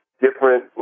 different